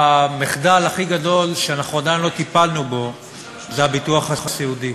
המחדל הכי גדול שעדיין לא טיפלנו בו הוא הביטוח הסיעודי.